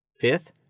Fifth